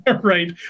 Right